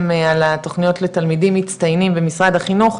על התוכניות לתלמידים מצטיינים במשרד החינוך,